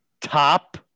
top